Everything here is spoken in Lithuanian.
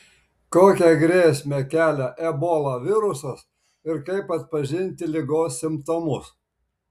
kokią grėsmę kelia ebola virusas ir kaip atpažinti ligos simptomus